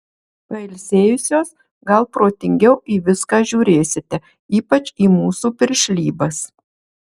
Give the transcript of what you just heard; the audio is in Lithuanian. pailsėjusios gal protingiau į viską žiūrėsite ypač į mūsų piršlybas